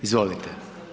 Izvolite.